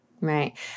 Right